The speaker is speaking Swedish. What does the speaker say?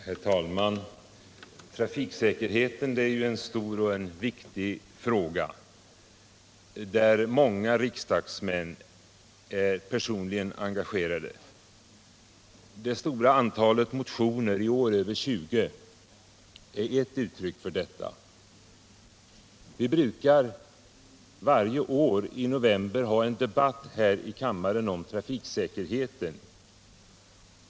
Herr talman! Trafiksäkerheten är en stor och viktig fråga, där många riksdagsmän är personligen engagerade. Det stora antalet motioner — i år över 20 — är ett uttryck för detta. Varje år i november brukar vi ha en debatt här i kammaren om trafiksäkerheten.